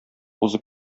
узып